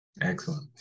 Excellent